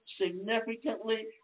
significantly